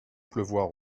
pleuvoir